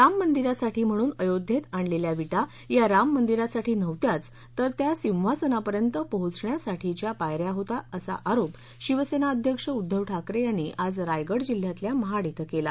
राम मंदिरासाठी म्हणून अयोध्येत आणलेल्या विटा या राम मंदिरासाठी नव्हत्याच तर त्या सिंहासनापर्यंत पोहचण्यासाठीच्या पायऱ्या होत्या असा आरोप शिवसेना अध्यक्ष उध्दव ठाकरे यांनी आज रायगड जिल्ह्यातल्या महाड क्रिं केला